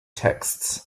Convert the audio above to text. texts